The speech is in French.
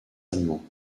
allemands